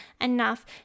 enough